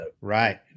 Right